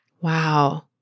wow